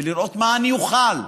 ולראות מה אני אוכל לעשות.